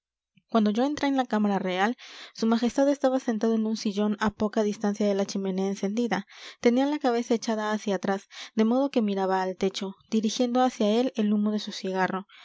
cuando yo entré en la cámara real su majestad estaba sentado en un sillón a poca distancia de la chimenea encendida tenía la cabeza echada hacia atrás de modo que miraba al techo dirigiendo hacia él el humo de su cigarro